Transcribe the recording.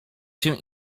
się